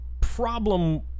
problem